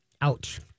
Ouch